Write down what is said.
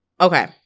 Okay